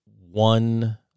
one